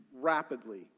rapidly